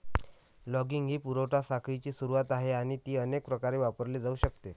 logging ही पुरवठा साखळीची सुरुवात आहे आणि ती अनेक प्रकारे वापरली जाऊ शकते